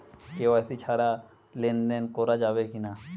KYC ছাড়া লেনদেন করা যাবে কিনা?